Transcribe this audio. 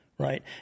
Right